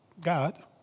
God